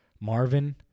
Marvin